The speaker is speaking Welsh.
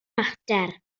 mater